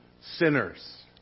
sinners